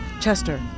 Chester